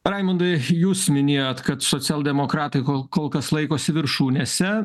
raimundai jūs minėjot kad socialdemokratai kol kol kas laikosi viršūnėse